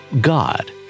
God